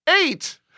Eight